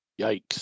Yikes